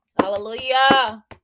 Hallelujah